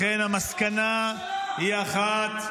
לכן המסקנה היא אחת.